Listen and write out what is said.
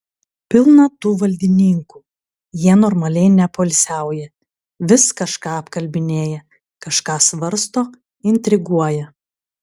pilna tų valdininkų jie normaliai nepoilsiauja vis kažką apkalbinėja kažką svarsto intriguoja